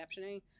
captioning